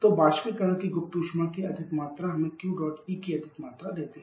तो वाष्पीकरण की गुप्त ऊष्मा की अधिक मात्रा हमें Q dot E की अधिक मात्रा देती है